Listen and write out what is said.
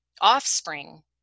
offspring